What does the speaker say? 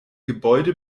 gebäude